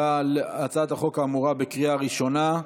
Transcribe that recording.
הצעת החוק האמורה בקריאה ראשונה.